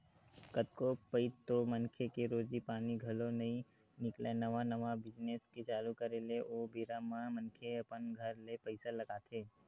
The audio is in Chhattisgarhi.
कतको पइत तो मनखे के रोजी पानी घलो नइ निकलय नवा नवा बिजनेस के चालू करे ले ओ बेरा म मनखे अपन घर ले पइसा लगाथे